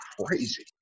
crazy